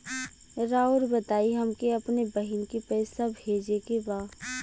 राउर बताई हमके अपने बहिन के पैसा भेजे के बा?